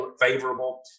favorable